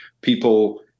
people